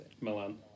Milan